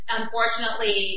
unfortunately